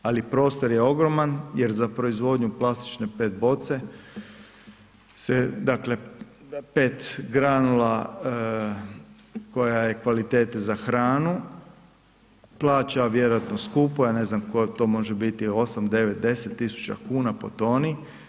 Ali prostor je ogroman jer za proizvodnju plastične PET boce se pet granula koja je kvalitete za hranu plaću vjerojatno skupo, ja ne znam to može biti 8,9, 10.000 kuna po toni.